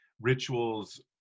rituals